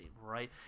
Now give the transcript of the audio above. right